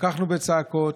התווכחנו בצעקות,